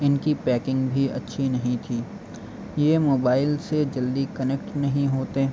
ان کی پیکنگ بھی اچھی نہیں تھی یہ موبائل سے جلدی کنیکٹ نہیں ہوتے